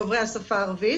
דוברי השפה הערבית,